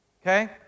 Okay